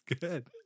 Good